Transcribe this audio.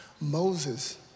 Moses